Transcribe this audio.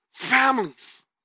Families